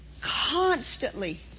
Constantly